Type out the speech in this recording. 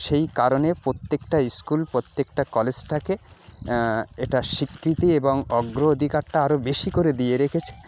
সেই কারণে প্রত্যেকটা স্কুল প্রত্যেকটা কলেজকে এটা স্বীকৃতি এবং অগ্রাধিকারটা আরও বেশি করে দিয়ে রেখেছে